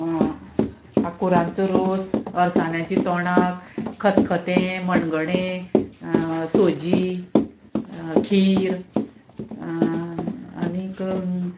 आकुरांचो रोस अरसान्याची तोंडाक खतखतें मणगणें सोजी खीर आनीक